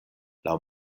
laŭ